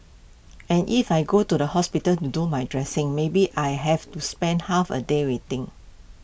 and if I go to the hospital to do my dressing maybe I have to spend half A day waiting